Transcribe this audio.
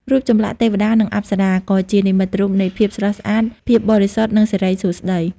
រូបចម្លាក់ទេវតា និងអប្សរា ក៏ជានិមិត្តរូបនៃភាពស្រស់ស្អាត ភាពបរិសុទ្ធ និងសិរីសួស្តី។